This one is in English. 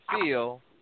feel